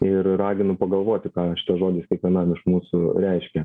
ir raginu pagalvoti ką šitas žodis kiekvienam iš mūsų reiškia